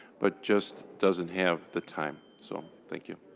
but just doesn't have the time. so thank you.